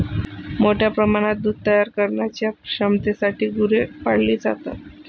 मोठ्या प्रमाणात दूध तयार करण्याच्या क्षमतेसाठी गुरे पाळली जातात